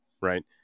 right